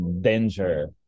danger